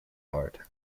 art